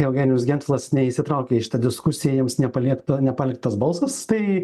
eugenijus gentvilas neįsitraukia į šitą diskusiją jiems nepaliepta nepaliktas balsas tai